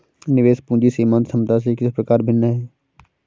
निवेश पूंजी सीमांत क्षमता से किस प्रकार भिन्न है?